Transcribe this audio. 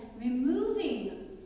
removing